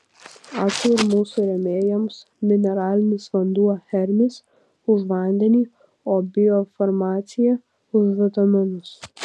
ačiū ir mūsų rėmėjams mineralinis vanduo hermis už vandenį o biofarmacija už vitaminus